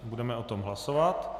Budeme o tom hlasovat.